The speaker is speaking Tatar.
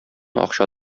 акча